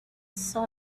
saw